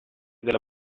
della